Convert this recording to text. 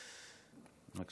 בבקשה.